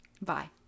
Bye